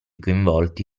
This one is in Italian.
coinvolti